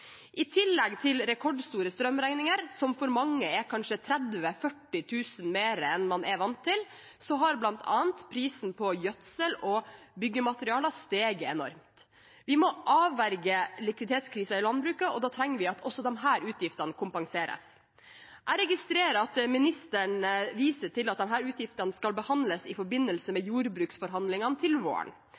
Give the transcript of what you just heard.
I tillegg til rekordstore strømregninger, som for mange er kanskje 30 000–40 000 kr mer enn man er vant til, har bl.a. prisen på gjødsel og byggematerialer steget enormt. Vi må avverge likviditetskrise i landbruket, og da trenger vi at også disse utgiftene kompenseres. Jeg registrerer at ministeren viser til at disse utgiftene skal behandles i forbindelse med jordbruksforhandlingene til våren,